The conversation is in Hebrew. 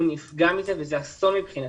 נפגע מזה וזה אסון מבחינתנו.